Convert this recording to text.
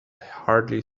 hardly